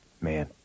man